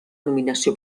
nominació